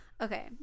okay